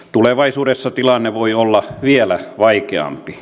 tulevaisuudessa tilanne voi olla vielä vaikeampi